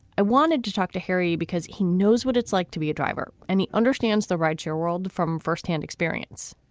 i wanted to talk to harry because he knows what it's like to be a driver and he understands the rights your world from firsthand experience.